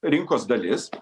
rinkos dalis